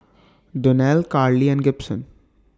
Donnell Karley and Gibson